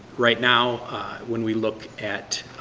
right now when we look at